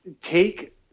take